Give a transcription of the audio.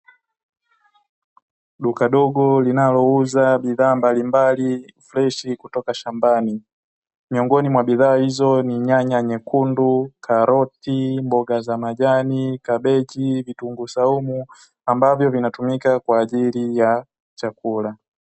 Duka dogo linalouza bidhaa mbalimbali freshi kutoka mashambani, miongoni mwa bidhaa hizo ni, nyaya nyekundu, karoti, mboga za majani, kebichi, vitunguu saumu ambavyo vinatumika nyumbani kwa ajili ya chakula.